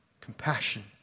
Compassion